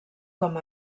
com